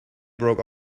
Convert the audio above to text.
broke